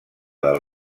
del